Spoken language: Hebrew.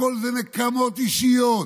הכול זה נקמות אישיות,